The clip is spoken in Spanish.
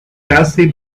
casi